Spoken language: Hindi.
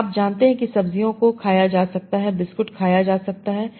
तो आप जानते हैं कि सब्जियों को खाया जा सकता है बिस्कुट खाया जा सकता है